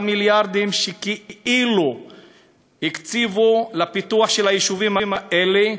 המיליארדים שכאילו הקציבו לפיתוח של היישובים האלה,